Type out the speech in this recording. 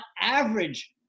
average